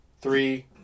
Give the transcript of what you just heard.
three